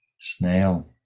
snail